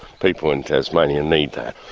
people in tasmania need that.